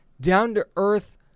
down-to-earth